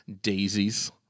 daisies